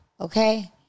Okay